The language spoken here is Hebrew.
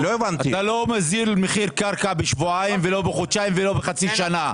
אתה לא מוזיל מחיר קרקע בשבועיים ולא בחודשיים ולא בחצי שנה.